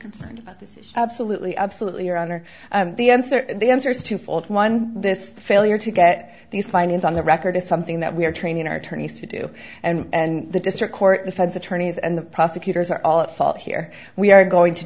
concerned about this is absolutely absolutely your honor the answer and the answer is twofold one this failure to get these findings on the record is something that we are training our attorneys to do and the district court defense attorneys and the prosecutors are all at fault here we are going to